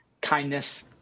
kindness